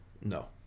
No